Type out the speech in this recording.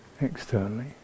externally